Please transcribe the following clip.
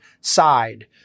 side